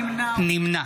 נמנע